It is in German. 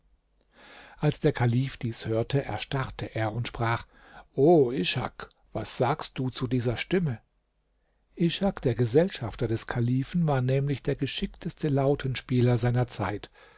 als der kalif dies hörte erstarrte er und sprach o ishak was sagst du zu dieser stimme ishak der gesellschafter des kalifen war nämlich der geschickteste lautenspieler seiner zeit